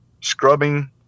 scrubbing